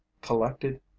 collected